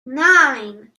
nine